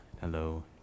Hello